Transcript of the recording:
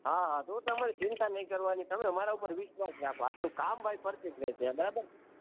હા હા તો તમારે ચિંતા નહીં કરવાની તમે મારા ઉપર વિશ્વાસ રાખો આપણું કામ ભાઈ પરફેક્ટ રહેશે બરાબર